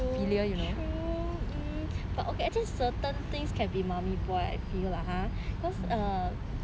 true true um but okay actually certain things can be mummy boy I feel lah ha cause err